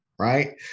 Right